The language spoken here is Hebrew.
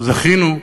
זכינו,